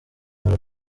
not